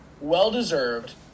well-deserved –